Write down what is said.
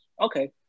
okay